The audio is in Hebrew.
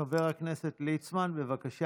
חבר הכנסת ליצמן, בבקשה.